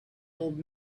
old